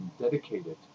Dedicated